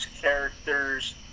characters